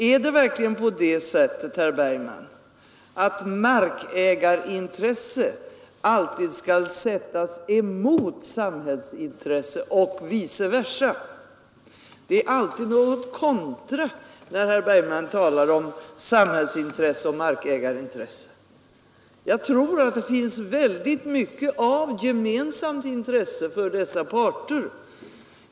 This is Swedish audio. Är det verkligen på det sättet, herr Bergman, att markägarintresset alltid skall sättas emot samhällsintresset och vice versa. Det är alltid något kontra när herr Bergman talar om samhällsintresse och markägarintresse. Jag tror att det finns väldigt mycket av ett gemensamt intresse för dessa parter.